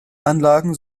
anlagen